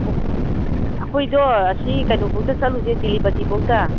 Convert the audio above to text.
ꯑꯣ ꯑꯣ ꯑꯩꯈꯣꯏꯗꯣ ꯑꯁꯤ ꯀꯩꯅꯣ ꯐꯥꯎꯗ ꯆꯠꯂꯨꯁꯦ ꯇꯦꯂꯤꯄꯇꯤ ꯐꯥꯎꯗ